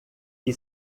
que